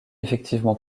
effectivement